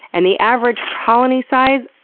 and the average colony size?